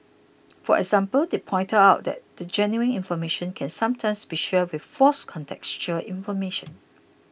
for example they pointed out that genuine information can sometimes be shared with false contextual information